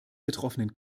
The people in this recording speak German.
betroffenen